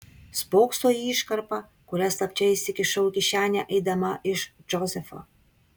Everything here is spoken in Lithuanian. spokso į iškarpą kurią slapčia įsikišau į kišenę eidama iš džozefo